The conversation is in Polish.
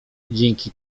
dzięki